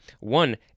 One